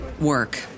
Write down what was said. work